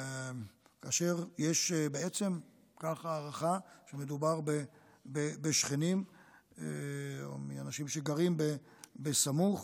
יש הערכה שמדובר בשכנים או אנשים שגרים סמוך.